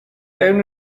owned